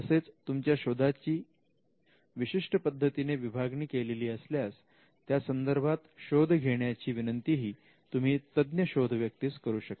तसेच तुमच्या शोधाची विशिष्ट पद्धतीने विभागणी केलेली असल्यास त्यासंदर्भात शोध घेण्याची विनंतीही ही तुम्ही तज्ञ शोध व्यक्तीस करू शकता